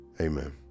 amen